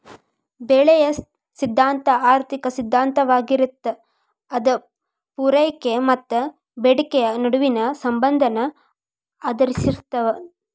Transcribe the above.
ಬೆಲೆಯ ಸಿದ್ಧಾಂತ ಆರ್ಥಿಕ ಸಿದ್ಧಾಂತವಾಗಿರತ್ತ ಅದ ಪೂರೈಕೆ ಮತ್ತ ಬೇಡಿಕೆಯ ನಡುವಿನ ಸಂಬಂಧನ ಆಧರಿಸಿರ್ತದ